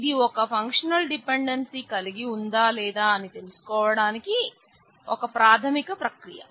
ఇది ఒక functional dependency కలిగి ఉందా లేదా అని తెలుసుకోవడానికి ఇది ఒకప్రాథమిక ప్రకియ